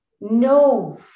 no